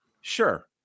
Sure